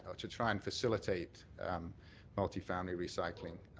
ah to try and facilitate multifamily recycling.